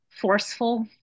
forceful